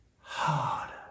harder